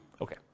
Okay